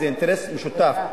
זה אינטרס משותף,